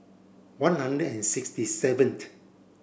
one hundred and sixty seventh